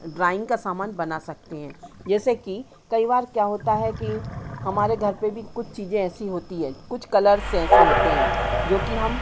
drawing का सामान बना सकते हैं जैसे कि कई बार क्या होता है कि हमारे घर पर भी कुछ चीज़ें ऐसी होती है कुछ कलर्स ऐसे होते हैं जोकि हम